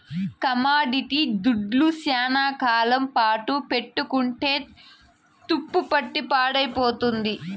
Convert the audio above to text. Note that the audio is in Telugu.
కమోడిటీ దుడ్లు శ్యానా కాలం పాటు పెట్టుకుంటే తుప్పుపట్టి పాడైపోతుంది